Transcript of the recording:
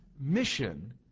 mission